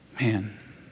Man